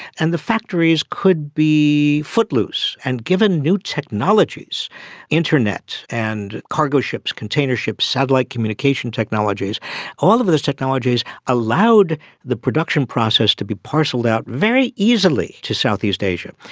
and the factories could be footloose. and given new technologies internet and cargo ships, container ships, satellite communication technologies all of those technologies allowed the production process to be parcelled out very easily to southeast asia.